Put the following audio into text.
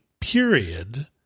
period